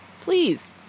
Please